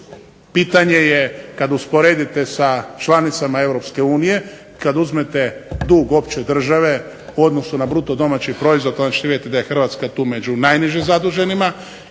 pitanje je kad usporedite sa članicama EU, kad uzmete dug opće države u odnosu na BDP onda ćete vidjeti da je Hrvatska tu među najniže zaduženima.